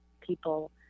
people